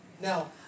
Now